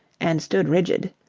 and stood rigid.